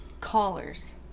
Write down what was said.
callers